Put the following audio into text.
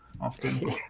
often